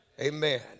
Amen